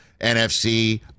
NFC